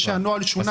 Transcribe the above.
זה שהנוהל שונה,